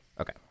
Okay